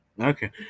Okay